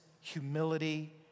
humility